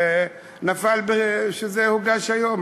ונפל שזה הוגש היום.